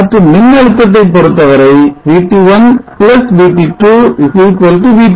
மற்றும் மின்னழுத்தத்தை பொருத்தவரை VT1 VT2 VT